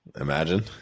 Imagine